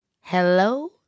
hello